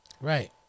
Right